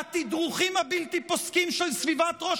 והתדרוכים הבלתי-פוסקים של סביבת ראש